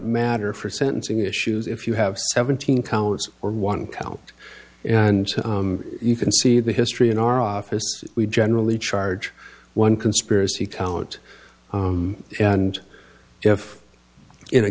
matter for sentencing issues if you have seventeen counts or one count and you can see the history in our office we generally charge one conspiracy talent and if in a